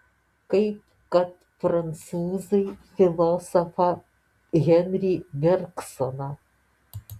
kaip kad prancūzai filosofą henri bergsoną